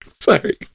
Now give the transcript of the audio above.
sorry